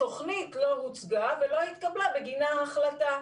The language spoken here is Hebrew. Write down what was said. התוכנית לא הוצגה ולא התקבלה בגינה החלטה.